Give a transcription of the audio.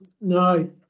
No